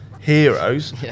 heroes